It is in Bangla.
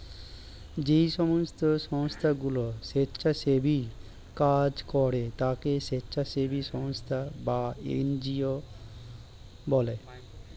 যেই সমস্ত সংস্থাগুলো স্বেচ্ছাসেবীর কাজ করে তাকে স্বেচ্ছাসেবী সংস্থা বা এন জি ও বলে